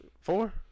Four